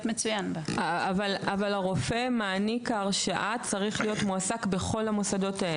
אבל הרופא מעניק ההרשאה צריך להיות מועסק בכל המוסדות האלה.